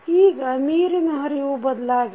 ಈಗ ನೀರಿನ ಹರಿವು ಬದಲಾಗಿದೆ